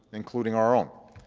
including our own.